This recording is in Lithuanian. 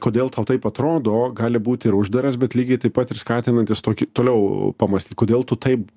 kodėl tau taip atrodo gali būt ir uždaras bet lygiai taip pat ir skatinantis toliau pamąstyt kodėl tu taip